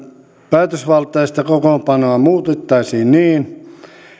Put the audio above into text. päätösvaltaista kokoonpanoa muutettaisiin niin